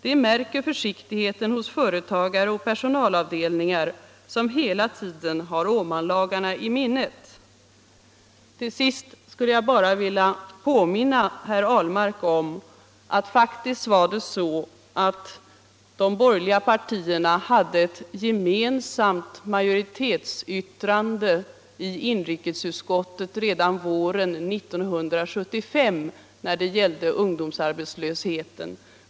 De märker försiktigheten hos företagare och vid personalavdelningar, som hela tiden har Åmanlagarna i minnet. Till sist skulle jag bara vilja påminna herr Ahlmark om att det faktiskt var så, att de borgerliga partierna hade ett gemensamt majoritetsyttrande i inrikesutskottet redan våren 1975 när det gällde ungdomsarbetslösheten.